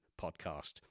Podcast